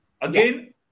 Again